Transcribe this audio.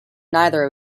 neither